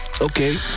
Okay